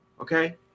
Okay